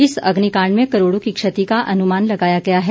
इस अग्निकाण्ड में करोड़ों की क्षति का अनुमान लगाया गया है